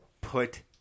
Put